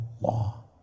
law